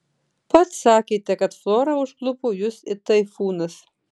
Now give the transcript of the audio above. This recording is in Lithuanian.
pats sakėte kad flora užklupo jus it taifūnas